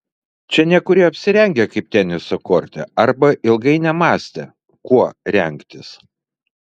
čia nekurie apsirengę kaip teniso korte arba ilgai nemąstė kuo rengtis